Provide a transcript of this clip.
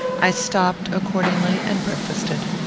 i stopped, accordingly, and breakfasted.